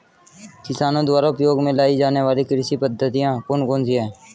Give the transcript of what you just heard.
किसानों द्वारा उपयोग में लाई जाने वाली कृषि पद्धतियाँ कौन कौन सी हैं?